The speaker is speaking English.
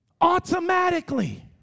Automatically